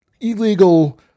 illegal